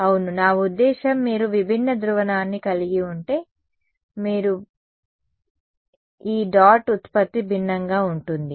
అవును నా ఉద్దేశ్యం మీరు విభిన్న ధ్రువణాన్ని కలిగి ఉంటే అవును మీరు విభిన్న ధ్రువణాన్ని కలిగి ఉంటే ఈ డాట్ ఉత్పత్తి భిన్నంగా ఉంటుంది